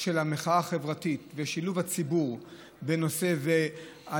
של המחאה החברתית ושילוב הציבור בנושא זה.